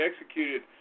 executed